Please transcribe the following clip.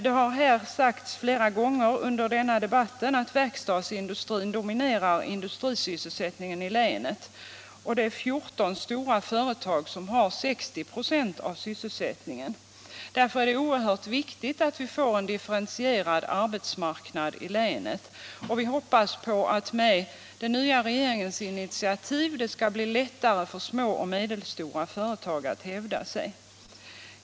Det har sagts flera gånger under debatten att verkstadsindustrin dominerar industrisysselsättningen i länet. 14 stora företag har ca 60 926 av sysselsättningen. Därför är det oerhört viktigt att vi får en mera differentierad arbetsmarknad i länet. Vi hoppas att det med den nya regeringens initiativ skall bli lättare för små och medelstora företag att hävda sig.